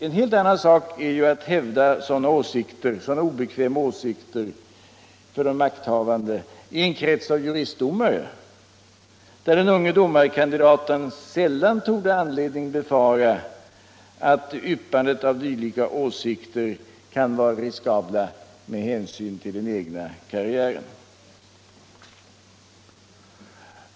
En helt annan sak är ju att hävda sådana för de maktägande obekväma åsikter i en krets av juristdomare, där den unge domarkandidaten sällan torde ha anledning befara att yppandet av dylika åsikter kan vara riskabelt med hänsyn till den egna karriären.